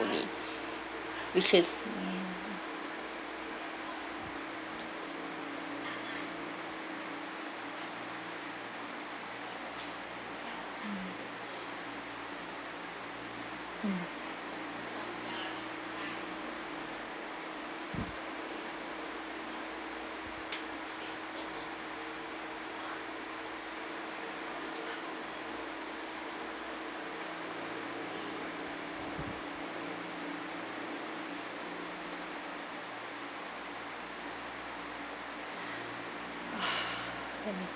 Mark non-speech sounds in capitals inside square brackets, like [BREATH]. only which is mm [BREATH] [NOISE] let me